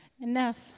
enough